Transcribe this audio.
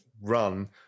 run